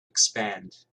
expand